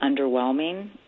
underwhelming